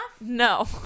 No